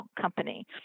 company